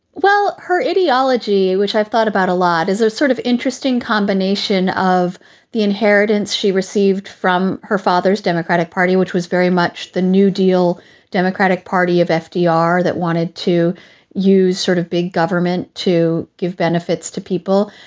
well, her ideology, which i've thought about a lot, is a sort of interesting combination of the inheritance she received from her father's democratic party, which was very much the new deal democratic party of fdr that wanted to use sort of big government to give benefits to people.